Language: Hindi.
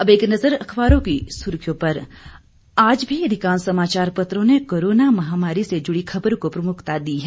अब एक नजर अखबारों की सुर्खियों पर आज भी अधिकांश समाचार पत्रों ने कोरोना महामारी से जुड़ी ख़बर को प्रमुखता दी है